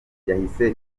yahise